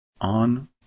on